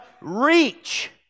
reach